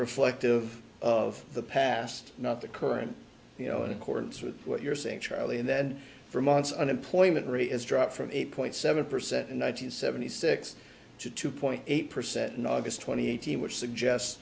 reflective of the past not the current you know in accordance with what you're saying charlie and then vermont's unemployment rate has dropped from eight point seven percent in one thousand nine hundred six to two point eight percent in august twenty eighth which suggest